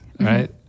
right